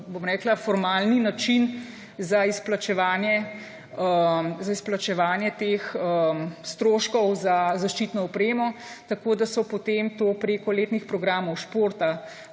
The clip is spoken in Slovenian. formalni način za izplačevanje teh stroškov za zaščitno opremo, tako da so potem to preko letnih programov športa